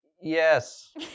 Yes